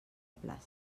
plaça